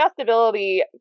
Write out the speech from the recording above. adjustability